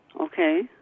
Okay